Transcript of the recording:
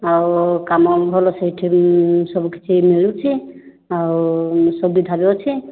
ଆଉ କାମ ଭଲ ସେଇଠି ବି ସବୁ କିଛି ମିଳୁଛି ଆଉ ସୁବିଧା ବି ଅଛି